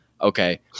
Okay